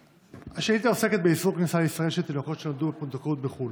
השאילתה עוסקת באיסור כניסה לישראל של תינוקות שנולדו בפונדקאות בחו"ל.